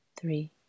three